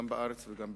גם בארץ וגם בחו"ל,